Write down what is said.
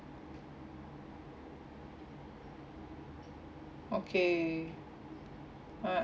okay ah